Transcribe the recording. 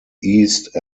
east